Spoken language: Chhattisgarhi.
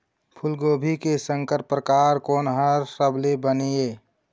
फूलगोभी के संकर परकार कोन हर सबले बने ये?